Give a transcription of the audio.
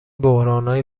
بحرانهای